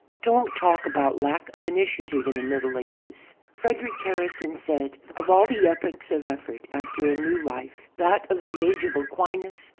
don't talk about lack of initiative in the middle ages. frederic harrison said of all the epochs of effort after a new life, that of the age of aquinas,